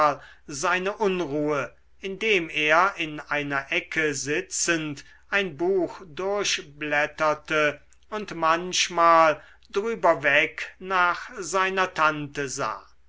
seine unruhe indem er in einer ecke sitzend ein buch durchblätterte und manchmal drüber weg nach seiner tante sah